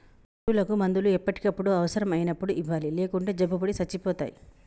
పశువులకు మందులు ఎప్పటికప్పుడు అవసరం అయినప్పుడు ఇవ్వాలి లేకుంటే జబ్బుపడి సచ్చిపోతాయి